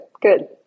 good